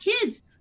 kids